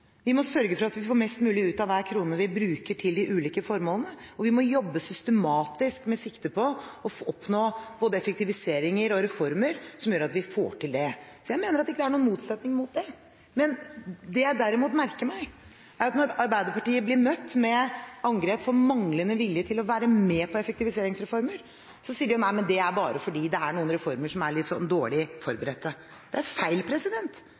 vi må sørge for at vi får mest mulig ut av hver krone vi bruker til de ulike formålene, og vi må jobbe systematisk med sikte på å oppnå både effektiviseringer og reformer som gjør at vi får til det. Jeg mener at det ikke er noen motsetning her. Det jeg derimot merker meg, er at når Arbeiderpartiet blir møtt med angrep for manglende vilje til å være med på effektiviseringsreformer, sier de at nei, det er bare fordi det er noen reformer som er litt dårlig forberedt. Det er feil.